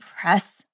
press